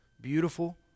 beautiful